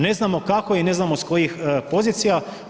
Ne znamo kako i ne znamo s kojih pozicija.